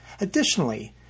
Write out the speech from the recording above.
Additionally